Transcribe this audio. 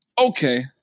Okay